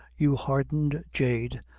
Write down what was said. you hardened jade,